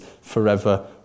forever